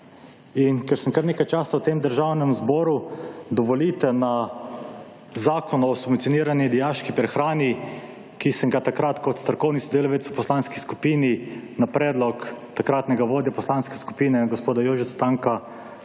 ker sem kar nekaj časa v tem Državnem zboru, dovolite. Na zakon o subvencionirani dijaški prehrani, ki sem ga takrat kot strokovni sodelavec v poslanski skupini na predlog takratnega vodje poslanske skupine gospoda Jožeta Tanka